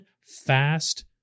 fast